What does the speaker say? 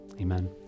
Amen